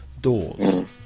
doors